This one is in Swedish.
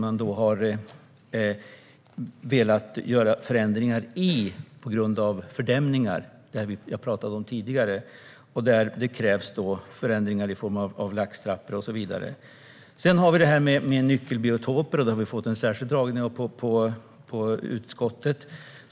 Man har velat göra förändringar i dem, bland annat i form av laxtrappor, på grund av fördämningar. Nyckelbiotoper har vi fått en särskild dragning om i utskottet.